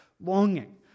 longing